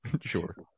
Sure